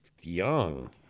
young